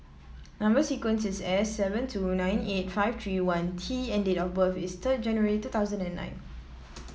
number sequence is S seven two nine eight five three one T and date of birth is third January two thousand and nine